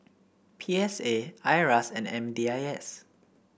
P S A Iras and M D I S